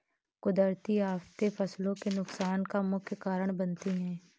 कुदरती आफतें फसलों के नुकसान का मुख्य कारण बनती है